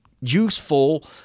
useful